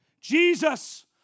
Jesus